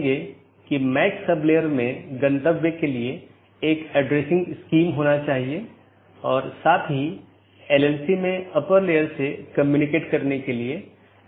तो IBGP speakers की तरह AS के भीतर पूर्ण मेष BGP सत्रों का मानना है कि एक ही AS में साथियों के बीच एक पूर्ण मेष BGP सत्र स्थापित किया गया है